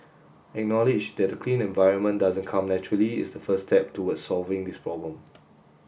acknowledge that a clean environment doesn't come naturally is the first step toward solving this problem